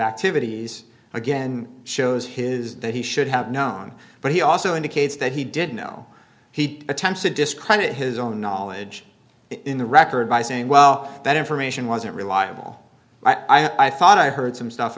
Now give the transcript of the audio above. activities again shows his that he should have known but he also indicates that he did know he attempts to discredit his own knowledge in the record by saying well that information wasn't reliable i thought i heard some stuff